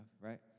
right